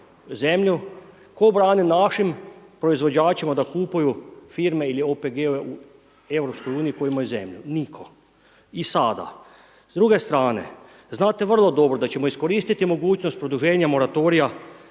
Tko brani našim proizvođačima da kupuju firme ili OPG u EU koje imaju zemlju? Nitko. I sada, s druge strane, znate vrlo dobro da ćemo iskoristiti mogućnost produženja moratorija